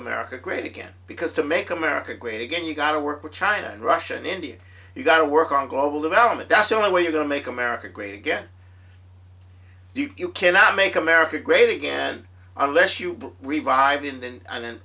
america great again because to make america great again you've got to work with china and russia and india you've got to work on global development that's the only way you're going to make america great again you cannot make america great again unless you revive in